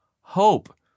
Hope